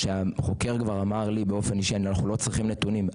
כשהחוקר כבר אמר לי באופן אישי אנחנו לא צריכים נתונים,